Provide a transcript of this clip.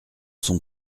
son